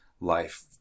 life